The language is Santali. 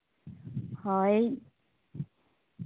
ᱦᱳᱭ